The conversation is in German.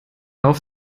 auf